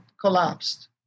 collapsed